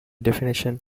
definition